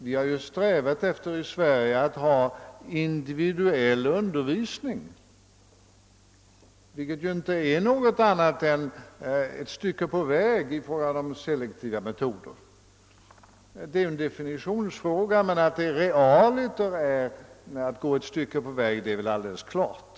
Vi har i Sverige strävat efter individuell undervisning, vilket ju inte är något annat än ett stycke på väg mot selektiva metoder. Det är en definitionsfråga, men att det realiter är att gå ett stycke på väg är väl alldeles klart.